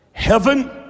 heaven